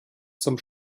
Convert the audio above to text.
zum